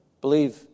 Believe